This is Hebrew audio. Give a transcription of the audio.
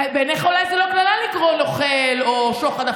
אולי בעיניך זה לא קללה לקרוא "נוכל" או "שוחד",